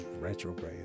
retrograde